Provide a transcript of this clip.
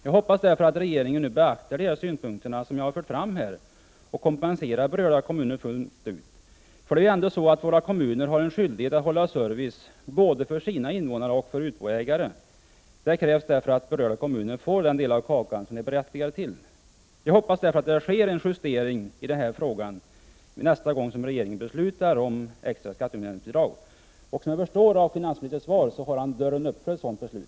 Jag hoppas därför att regeringen beaktar de synpunkter som jag har fört fram och kompenserar berörda kommuner fullt ut. Våra kommuner har ändå skyldighet att hålla service både för sina invånare och för utboägare. Det krävs därför att berörda kommuner får den del av kakan som de är 19 berättigade till. Jag hoppas således att det sker en justering i denna fråga nästa gång som regeringen beslutar om extra skatteutjämningsbidrag. Såsom jag förstår av finansministerns svar har han dörren öppen för ett sådant förslag.